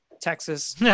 Texas